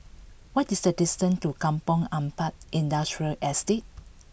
what is the distance to Kampong Ampat Industrial Estate